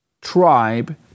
tribe